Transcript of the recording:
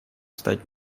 встать